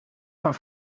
van